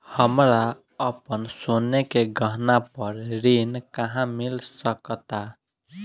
हमरा अपन सोने के गहना पर ऋण कहां मिल सकता?